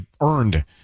earned